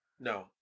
No